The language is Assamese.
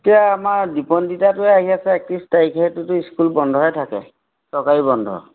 এতিয়া আমাৰ দীপনদ্বীতাহে আহি আছে একত্ৰিছ তাৰিখে সেইটোতো স্কুল বন্ধেই থাকে চৰকাৰী বন্ধ